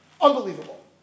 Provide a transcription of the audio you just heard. unbelievable